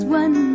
one